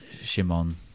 shimon